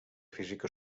física